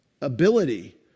ability